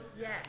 Yes